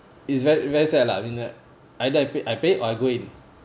it's very very sad lah I mean either I I paid or I go in